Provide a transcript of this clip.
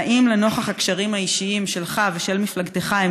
והאם לנוכח הקשרים האישיים שלך ושל מפלגתך עם